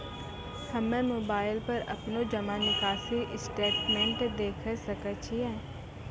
हम्मय मोबाइल पर अपनो जमा निकासी स्टेटमेंट देखय सकय छियै?